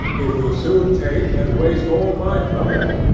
it will soon take and waste all my property,